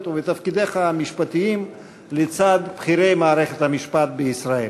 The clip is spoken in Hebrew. ומתפקידיך המשפטיים לצד בכירי מערכת המשפט בישראל.